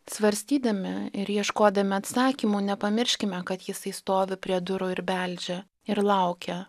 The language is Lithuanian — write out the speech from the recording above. svarstydami ir ieškodami atsakymų nepamirškime kad jisai stovi prie durų ir beldžia ir laukia